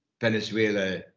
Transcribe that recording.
venezuela